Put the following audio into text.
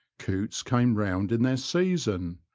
coots came round in their season,